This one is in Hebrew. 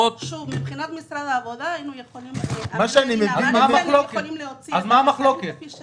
מבחינת משרד העבודה היינו יכולים --- להוציא --- אז מה המחלוקת?